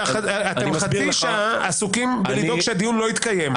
חצי שעה אתם עסוקים לדאוג שהדיון לא יתקיים.